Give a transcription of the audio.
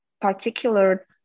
particular